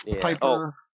Piper